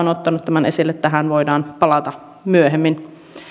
on ottanut tämän esille ja tähän voidaan palata myöhemmin